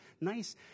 nice